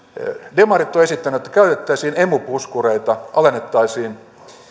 demarit ovat esittäneet että käytettäisiin emu puskureita alennettaisiin